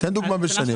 תן דוגמה בשנים.